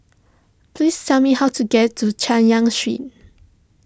please tell me how to get to Chay Yan Street